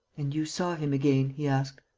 and you saw him again? he asked.